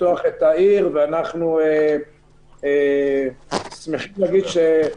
לפתוח את העיר ואנחנו שמחים לומר שבסך